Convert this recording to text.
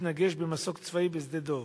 התנגש במסוק צבאי בשדה-דב.